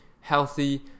healthy